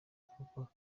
kuko